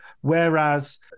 whereas